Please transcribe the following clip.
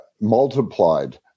multiplied